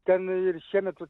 ten ir šiemet vat